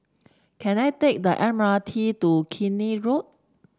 can I take the M R T to Keene Road